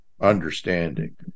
understanding